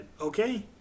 okay